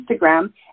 Instagram